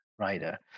writer